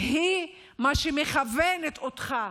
הם מה שמכוון אותך.